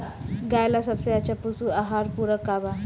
गाय ला सबसे अच्छा पशु आहार पूरक का बा?